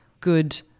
good